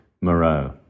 Moreau